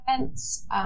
events